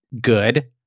Good